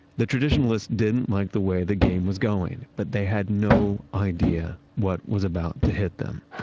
the traditionalist didn't like the way the game was going, but they had no idea what was about to hit them